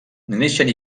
neixen